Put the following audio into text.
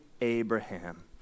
Abraham